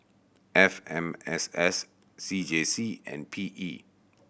F M S S C J C and P E